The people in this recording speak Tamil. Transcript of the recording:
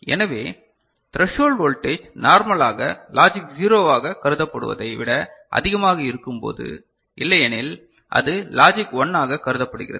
எனவே த்ரெஷோல்ட் வோல்டேஜ் நார்மலாக லாஜிக் 0 வாக கருதப்படுவதை விட அதிகமாக இருக்கும்போது இல்லையெனில் அது லாஜிக் 1 ஆக கருதப்படுகிறது